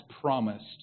promised